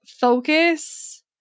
focus